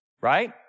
right